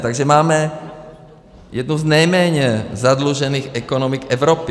Takže máme jednu z nejméně zadlužených ekonomik Evropy.